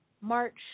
March